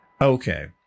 Okay